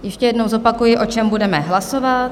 Ještě jednou zopakuji, o čem budeme hlasovat.